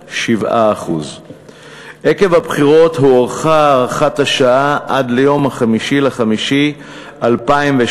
7%. עקב הבחירות הוארכה הארכת השעה עד ליום 5 במאי 2013,